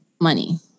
money